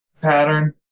pattern